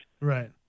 Right